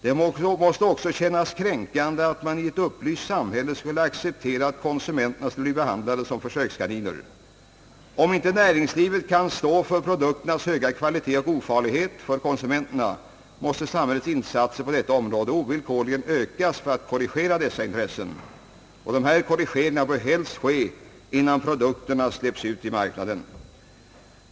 Det måste också kännas kränkande att man i ett upplyst samhälle skulle: acceptera att konsumenterna skulle bli behandlade som försökskaniner. Om inte näringslivet kan stå för produkternas höga kvalitet och deras ofarlighet för konsumenterna, måste samhällets insatser på detta område ovillkorligen ökas för att korrigera dessa intressen. Korrigeringarna bör helst ske innan produkterna släpps ut i marknaden.